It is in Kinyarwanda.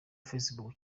facebook